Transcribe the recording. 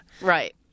right